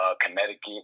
Connecticut